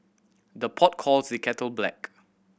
the pot calls the kettle black